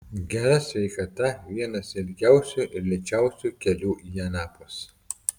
gera sveikata vienas ilgiausių ir lėčiausių kelių į anapus